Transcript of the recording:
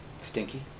Stinky